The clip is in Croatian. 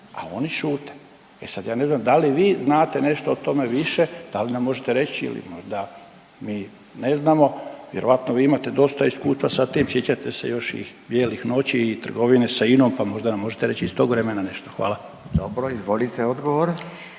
oni šute. E sad ja ne znam da li vi znate nešto o tome više? Da li nam možete reći ili možda mi ne znamo? Vjerojatno vi imate dosta iskustva sa tim, sjećate se još i bijelih noći i trgovine sa INOM pa možda nam možete reći iz tog vremena nešto. Hvala. **Radin, Furio